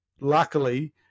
luckily